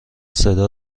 صدا